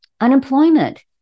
unemployment